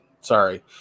sorry